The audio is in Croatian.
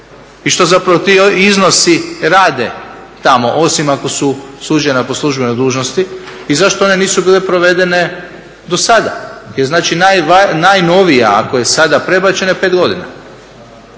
I što zapravo ti iznosi rade tamo osim ako su suđenja po službenoj dužnosti i zašto ona nisu bila provedena dosada? Znači najnovija ako je sada prebačena je 5 godina.